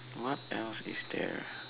what else is there